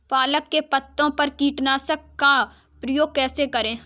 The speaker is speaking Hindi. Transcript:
पालक के पत्तों पर कीटनाशक का प्रयोग कैसे करें?